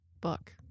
book